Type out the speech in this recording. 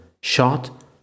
Shot